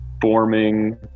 forming